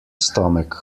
stomach